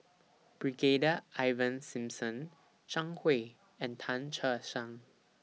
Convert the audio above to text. Brigadier Ivan Simson Zhang Hui and Tan Che Sang